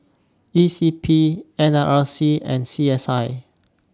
E C P N R I C and C S I